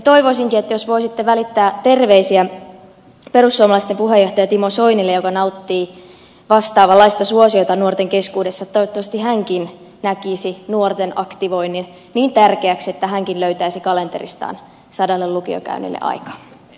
toivoisinkin että voisitte välittää terveisiä perussuomalaisten puheenjohtajalle timo soinille joka nauttii vastaavanlaista suosiota nuorten keskuudessa että toivottavasti hänkin näkisi nuorten aktivoinnin niin tärkeäksi että hänkin löytäisi kalenteristaan sadalle lukiokäynnille aikaa